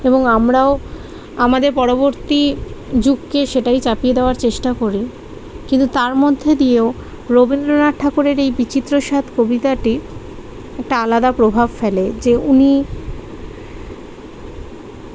এবং আমরাও আমাদের পরবর্তী যুগকে সেটাই চাপিয়ে দেওয়ার চেষ্টা করি কিন্তু তার মধ্যে দিয়েও রবীন্দ্রনাথ ঠাকুরের এই বিচিত্র স্বাদ কবিতাটি একটা আলাদা প্রভাব ফেলে যে উনি